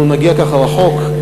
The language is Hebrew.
אנחנו נגיע ככה רחוק.